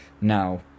Now